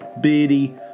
beardy